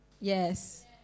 yes